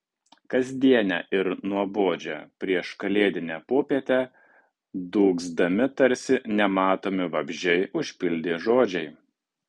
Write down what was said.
kasdienę ir nuobodžią prieškalėdinę popietę dūgzdami tarsi nematomi vabzdžiai užpildė žodžiai